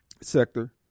sector